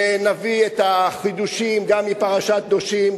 נביא את החידושים גם מפרשת קדושים,